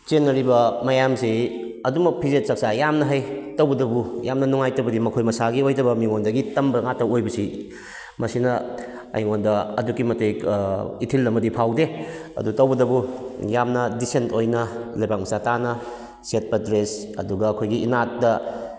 ꯆꯦꯟꯅꯔꯤꯕ ꯃꯌꯥꯝꯁꯤ ꯑꯗꯨꯝꯃꯛ ꯐꯤꯖꯦꯠ ꯆꯥꯛꯆꯥ ꯌꯥꯝꯅ ꯍꯩ ꯇꯧꯕꯇꯕꯨ ꯌꯥꯝꯅ ꯅꯨꯡꯉꯥꯏꯇꯕꯗꯤ ꯃꯈꯣꯏ ꯃꯁꯥꯒꯤ ꯑꯣꯏꯗꯕ ꯃꯤꯉꯣꯟꯗꯒꯤ ꯇꯝꯕ ꯉꯛꯇ ꯑꯣꯏꯕꯁꯤ ꯃꯁꯤꯅ ꯑꯩꯉꯣꯟꯗ ꯑꯗꯨꯛꯀꯤ ꯃꯇꯤꯛ ꯏꯊꯤꯜ ꯑꯃꯗꯤ ꯐꯥꯎꯗꯦ ꯑꯗꯨ ꯇꯧꯕꯇꯕꯨ ꯌꯥꯝꯅ ꯗꯤꯁꯦꯟ ꯑꯣꯏꯅ ꯂꯩꯕꯥꯛ ꯃꯆꯥ ꯇꯥꯅ ꯁꯦꯠꯄ ꯗ꯭ꯔꯦꯁ ꯑꯗꯨꯒ ꯑꯩꯈꯣꯏꯒꯤ ꯏꯅꯥꯠꯇ